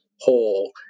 whole